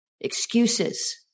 Excuses